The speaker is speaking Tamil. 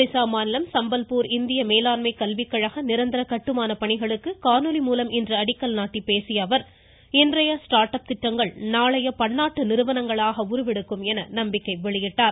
ஒடிசா மாநிலம் சம்பல்பூர் இந்திய மேலாண்மை கல்விக் கழக நிரந்தர கட்டுமான பணிகளுக்கு காணொலி மூலம் இன்று அடிக்கல் நாட்டிப் பேசிய அவர் இன்றைய ஸ்டார்ட் அப் திட்டங்கள் நாளைய பன்னாட்டு நிறுவனங்களாக உருவெடுக்கும் என நம்பிக்கை வெளியிட்டார்